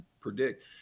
predict